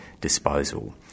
disposal